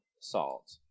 salt